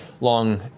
long